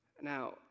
Now